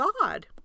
God